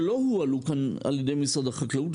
שלא הועלו כאן על ידי משרד החקלאות,